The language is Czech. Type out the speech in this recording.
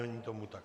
Není tomu tak.